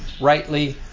Rightly